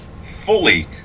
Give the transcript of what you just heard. fully